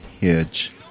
huge